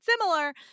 similar